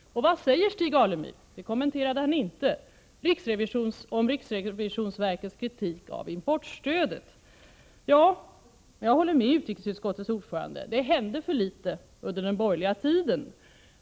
Vad säger Stig Alemyr om riksrevisionsverkets kritik av importstödet? Det kommenterar han inte! Jag håller med utrikesutskottets ordförande: Det hände för litet under den borgerliga tiden.